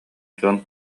дьон